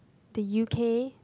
the U_K